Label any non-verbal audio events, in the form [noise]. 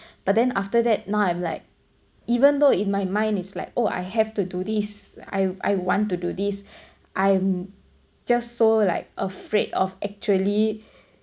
but then after that now I'm like even though in my mind it's like oh I have to do this I I want to do this [breath] I'm just so like afraid of actually